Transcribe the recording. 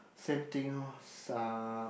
same thing lor s~ uh